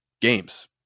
games